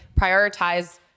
prioritize